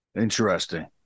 Interesting